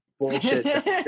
bullshit